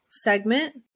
segment